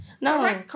No